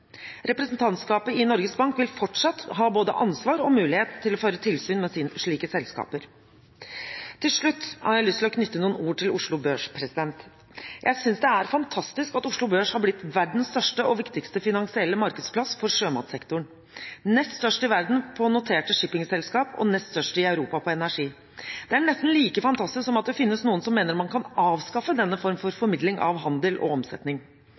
Representantskapet i Norges Bank vil fortsatt ha både ansvar og mulighet til å føre tilsyn med slike selskaper. Til slutt har jeg lyst til å knytte noen ord til Oslo Børs. Jeg synes det er fantastisk at Oslo Børs har blitt verdens største og viktigste finansielle markedsplass for sjømatsektoren, nest størst i verden på noterte shippingselskaper og nest størst i Europa på energi. Det er nesten like fantastisk som at det finnes noen som mener man kan avskaffe denne formen for formidling av handel og omsetning.